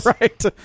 right